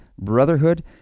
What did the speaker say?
Brotherhood